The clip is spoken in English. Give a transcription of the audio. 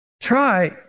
Try